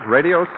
Radio